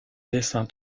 dessin